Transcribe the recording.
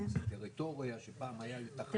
זה טריטוריה שפעם היה לתחנה אחת,